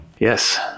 Yes